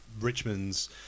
Richmond's